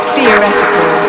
Theoretical